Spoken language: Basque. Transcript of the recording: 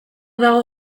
dago